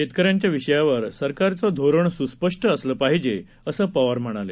शेतकऱ्यांच्या विषयावर सरकारचं धोरण सुस्पष्ट असलं पाहिजे असं पवार म्हणाले